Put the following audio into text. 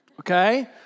Okay